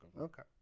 Okay